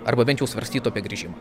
arba bent jau svarstytų apie grįžimą